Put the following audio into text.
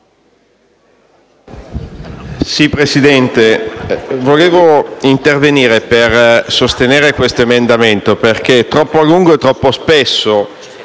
Presidente, vorrei intervenire per sostenere questo emendamento, perché troppo a lungo e troppo spesso